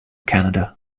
canada